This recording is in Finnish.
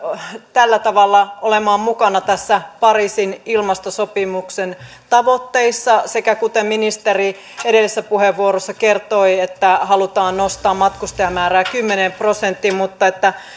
tällä tavalla olemaan mukana pariisin ilmastosopimuksen tavoitteissa sekä kuten ministeri edellisessä puheenvuorossaan kertoi halutaan nostaa matkustajamäärää kymmeneen prosenttiin